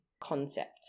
concept